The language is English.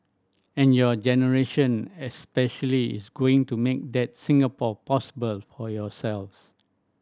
and your generation especially is going to make that Singapore possible for yourselves